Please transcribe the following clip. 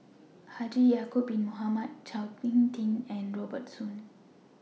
Haji Ya'Acob Bin Mohamed Chao Hick Tin and Robert Soon